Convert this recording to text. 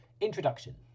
Introduction